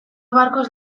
barkos